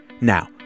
Now